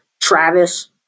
Travis